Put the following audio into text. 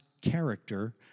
character